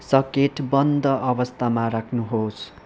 socket बन्द अवस्थामा राख्नुहोस्